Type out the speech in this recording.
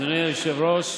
אדוני היושב-ראש,